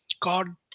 God